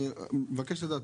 אני מבקש לדעת,